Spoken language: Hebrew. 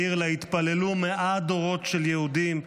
העיר שלה התפללו מאה דורות של יהודים,